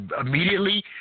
immediately